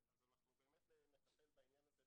אז אנחנו באמת נטפל בעניין הזה.